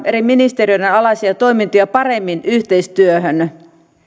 eri ministeriöiden alaisia toimintoja paremmin yhteistyöhön